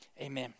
Amen